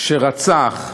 שרצח,